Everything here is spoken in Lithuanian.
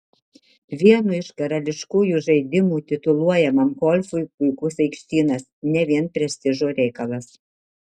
vienu iš karališkųjų žaidimų tituluojamam golfui puikus aikštynas ne vien prestižo reikalas